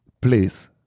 please